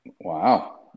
Wow